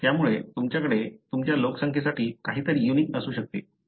तर त्यामुळे तुमच्याकडे तुमच्या लोकसंख्येसाठी काहीतरी युनिक असू शकते